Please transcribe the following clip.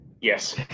yes